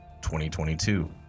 2022